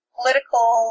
political